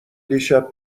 دیشب